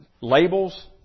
labels